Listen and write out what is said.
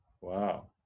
Wow